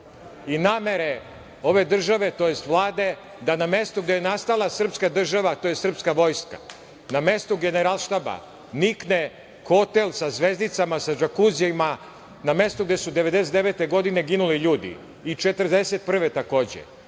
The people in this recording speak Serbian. i namere ove države, tj. Vlade da na mestu gde je nastala srpska država, tj. srpska vojska, na mestu Generalštaba nikne hotel sa zvezdicama sa đakuzijama, na mestu gde su 1999. godine ginuli ljudi i 1941. godine